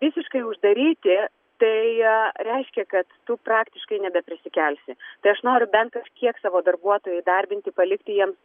visiškai uždaryti tai reiškia kad tu praktiškai nebeprisikelsi tai aš noriu bent kažkiek savo darbuotojų įdarbinti palikti jiem